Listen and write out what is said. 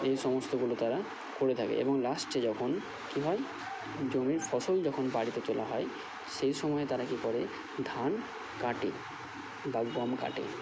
এই সমস্তগুলো তারা করে থাকে এবং লাস্টে যখন কি হয় জমির ফসল যখন বাড়িতে তোলা হয় সেই সময় তারা কি করে ধান কাটে বা গম কাটে